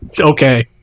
okay